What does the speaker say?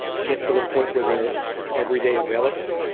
get to the point where there every day available,